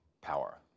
power